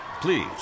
Please